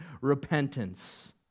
repentance